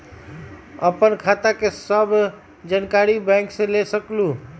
आपन खाता के सब जानकारी बैंक से ले सकेलु?